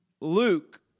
Luke